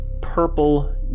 purple